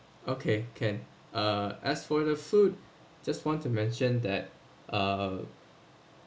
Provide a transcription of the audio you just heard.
okay can uh as for the food just want to mention that uh